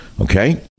okay